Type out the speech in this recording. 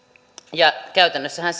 ja käytännössähän